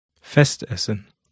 Festessen